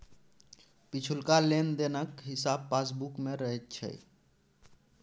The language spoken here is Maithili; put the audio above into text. पिछुलका लेन देनक हिसाब पासबुक मे रहैत छै